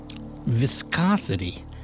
viscosity